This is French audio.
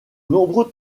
nombreux